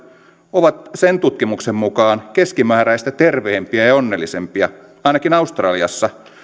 ovat sen tutkimuksen mukaan keskimääräistä terveempiä ja ja onnellisempia ainakin australiassa